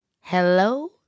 hello